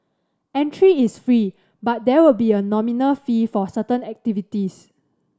entry is free but there will be a nominal fee for certain activities